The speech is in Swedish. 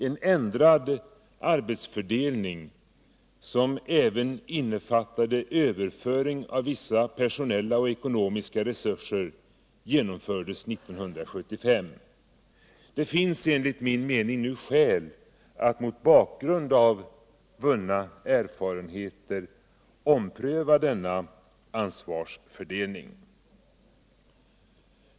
En ändrad arbesfördelning, som även innefattade överföring av vissa personella och ekonomiska resurser, genomfördes 1975. Det finns enligt min mening nu skäl att mot bakgrund av vunna erfarenheter ompröva denna ansvarsfördelning.